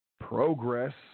Progress